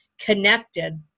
connected